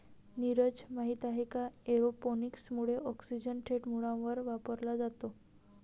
नीरज, माहित आहे का एरोपोनिक्स मुळे ऑक्सिजन थेट मुळांवर वापरला जातो